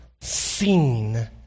seen